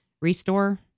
restore